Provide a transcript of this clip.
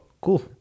cool